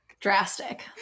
drastic